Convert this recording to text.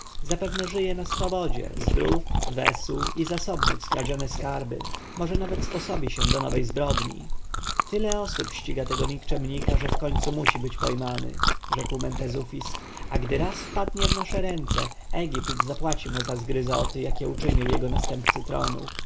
zapewne żyje na swobodzie zdrów wesół i zasobny w skradzione skarby może nawet sposobi się do nowej zbrodni tyle osób ściga tego nikczemnika że wkońcu musi być pojmany rzekł mentezufis a gdy raz wpadnie w nasze ręce egipt zapłaci mu za zgryzoty jakie uczynił jego następcy tronu